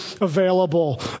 available